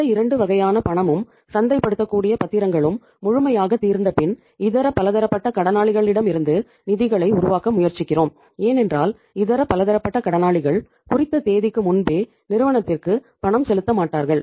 இந்த இரண்டு வகையான பணமும் சந்தைப்படுத்தக்கூடிய பத்திரங்களும் முழுமையாக தீர்ந்தப்பின் இதர பலதரப்பட்ட கடனாளிகளிடமிருந்து நிதிகளை உருவாக்க முயற்சிக்கிறோம் ஏனென்றால் இதர பலதரப்பட்ட கடனாளிகள் குறித்த தேதிக்கு முன்பே நிறுவனத்திற்கு பணம் செலுத்த மாட்டார்கள்